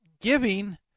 giving